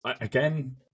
again